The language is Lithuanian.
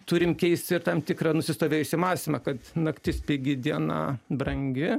turim keisti ir tam tikrą nusistovėjusį mąstymą kad naktis pigi diena brangi